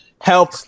help